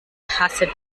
hasse